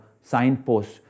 signposts